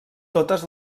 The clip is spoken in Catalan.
totes